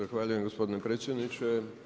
Zahvaljujem gospodine predsjedniče.